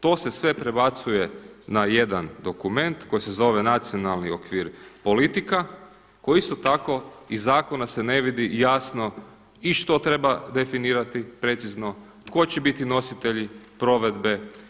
To se sve prebacuje na jedan dokument koji se zove nacionalni okvir politika koji isto tako iz zakona se ne vidi jasno i što treba definirati precizno, tko će biti nositelji provedbe.